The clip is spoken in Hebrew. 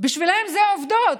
בשבילם זה עובדות,